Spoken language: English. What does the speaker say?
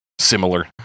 Similar